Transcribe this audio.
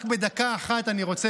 רק בדקה אחת אני רוצה,